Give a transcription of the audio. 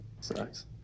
Sucks